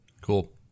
Cool